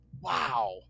Wow